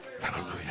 Hallelujah